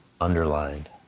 underlined